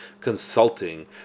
consulting